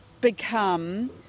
become